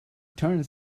turns